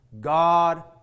God